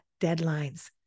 deadlines